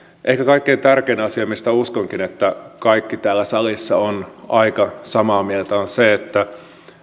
ehkä kaikkein tärkein asia mistä uskonkin että kaikki täällä salissa ovat aika samaa mieltä on se että